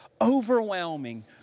overwhelming